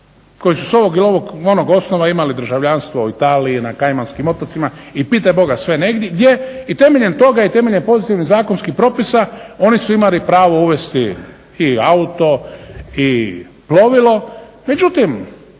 koji su s ovog ili ovog, onog osnova imali državljanstvo u Italiji, na Kajmanskim otocima i pitaj boga sve gdje, i temeljem toga i temeljem pozitivnih zakonskih propisa oni su imali pravo uvesti i auto, i plovilo,